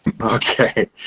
Okay